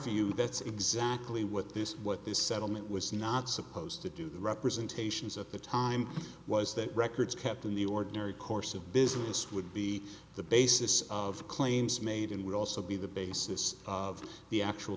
view that's exactly what this what this settlement was not supposed to do the representations at the time was that records kept in the ordinary course of business would be the basis of claims made in would also be the basis of the actual